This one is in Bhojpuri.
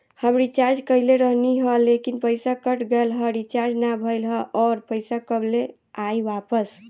हम रीचार्ज कईले रहनी ह लेकिन पईसा कट गएल ह रीचार्ज ना भइल ह और पईसा कब ले आईवापस?